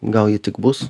gal tik bus